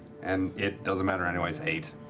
and it doesn't matter anyway, it's eight.